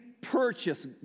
purchase